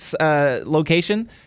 location